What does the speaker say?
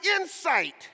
insight